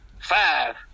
Five